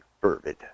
fervid